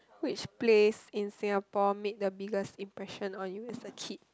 which place in Singapore made the biggest impression on you as a kid